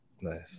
Nice